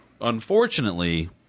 Unfortunately –